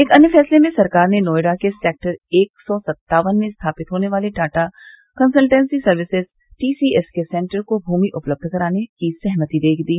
एक अन्य फैसले में सरकार ने नोएडा के सेक्टर एक सौ सत्तावन में स्थापित होने वाले टाटा कन्सलटेंसी सर्विसेज टीसीएस के सेन्टर को भूमि उपलब्ध कराने की सहमति दे दी